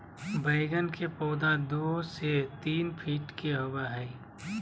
बैगन के पौधा दो से तीन फीट के होबे हइ